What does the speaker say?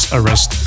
Arrest